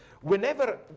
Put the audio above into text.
whenever